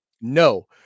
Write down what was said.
No